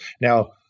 Now